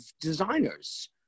designers